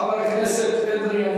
חבר הכנסת אדרי,